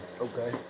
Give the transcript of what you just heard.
Okay